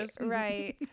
right